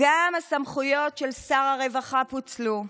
גם הסמכויות של שר הרווחה פוצלו.